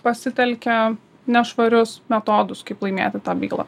pasitelkia nešvarius metodus kaip laimėti tą bylą